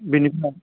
बिनिफ्राय